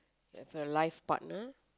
you have a life partner